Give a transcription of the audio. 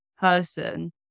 person